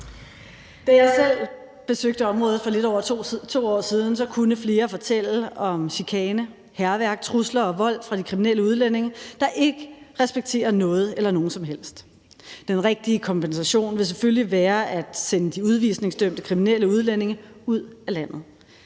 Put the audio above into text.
Da jeg selv besøgte området for lidt over 2 år siden, kunne flere fortælle om chikane, hærværk, trusler og vold fra de kriminelle udlændinges side, der ikke respekterer noget eller nogen som helst. Den rigtige kompensation vil selvfølgelig være at sende de udvisningsdømte kriminelle udlændinge ud af landet.